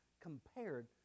compared